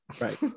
Right